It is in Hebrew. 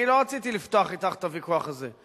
אני לא רציתי לפתוח אתך את הוויכוח הזה.